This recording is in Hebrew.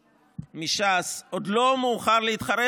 מש"ס: עוד לא מאוחר להתחרט.